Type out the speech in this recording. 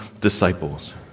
disciples